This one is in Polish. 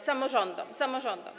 Samorządom, samorządom.